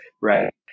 right